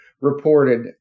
reported